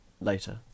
later